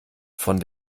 von